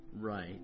right